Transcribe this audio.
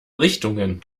richtungen